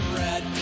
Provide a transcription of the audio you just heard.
red